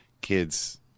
kids